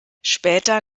später